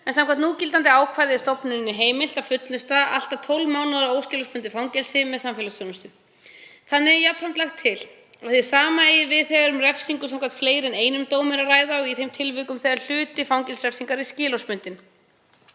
en samkvæmt núgildandi ákvæði er stofnuninni heimilt að fullnusta allt að 12 mánaða óskilorðsbundið fangelsi með samfélagsþjónustu. Jafnframt er lagt til að hið sama eigi við þegar um refsingu samkvæmt fleiri en einum dómi er að ræða og í þeim tilvikum þegar hluti fangelsisrefsingar er skilorðsbundinn.